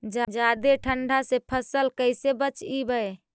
जादे ठंडा से फसल कैसे बचइबै?